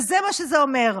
זה מה שזה אומר.